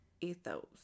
ethos